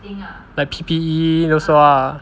like P_P_E those lah